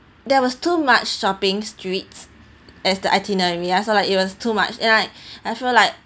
there was too much shopping streets as the itinerary also like it was too much and I I feel like